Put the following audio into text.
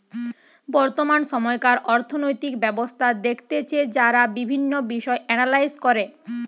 বর্তমান সময়কার অর্থনৈতিক ব্যবস্থা দেখতেছে যারা বিভিন্ন বিষয় এনালাইস করে